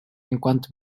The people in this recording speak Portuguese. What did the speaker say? enquanto